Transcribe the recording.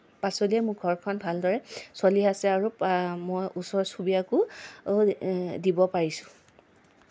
পাচলিয়ে মোৰ ঘৰখন ভালদৰে চলি আছে আৰু মই ওচৰ চুবুৰীয়াকো দিব পাৰিছোঁ